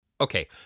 Okay